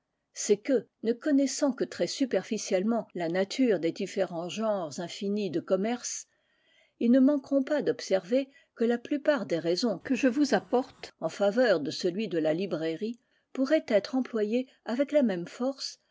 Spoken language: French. c'est que ne connaissant que très superficiellement la nature des différents genres infinis de commerce ils ne manqueront pas d'observer que la plupart des raisons que je vous apporte en faveur de celui de la librairie pourraient être employées avec la même force